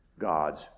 God's